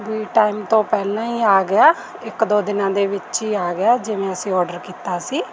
ਵੀ time ਤੋਂ ਪਹਿਲਾਂ ਹੀ ਆ ਗਿਆ ਇੱਕ ਦੋ ਦਿਨਾਂ ਦੇ ਵਿੱਚ ਹੀ ਆ ਗਿਆ ਜਿਵੇਂ ਅਸੀਂ ਔਡਰ ਕੀਤਾ ਸੀ